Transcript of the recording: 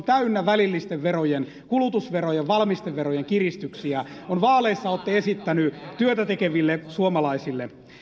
täynnä välillisten verojen kulutusverojen valmisteverojen kiristyksiä joita vaaleissa olette esittäneet työtä tekeville suomalaisille